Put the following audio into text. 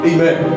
Amen